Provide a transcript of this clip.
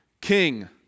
king